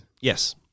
Yes